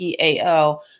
PAO